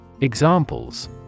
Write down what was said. Examples